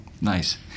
Nice